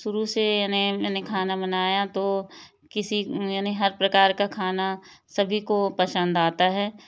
शुरू से यानी मैंने खाना बनाया तो किसी यानी हर प्रकार का खाना सभी को पसंद आता है